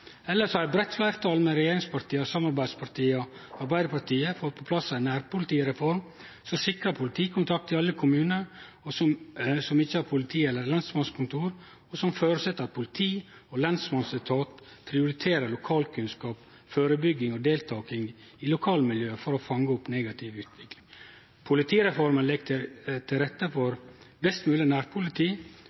eller lensmannskontor, og som føreset at politi- og lensmannsetat prioriterer lokalkunnskap, førebygging og deltaking i lokalmiljøet for å fange opp negativ utvikling. Politireforma legg til rette for best mogleg nærpoliti